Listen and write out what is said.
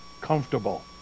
comfortable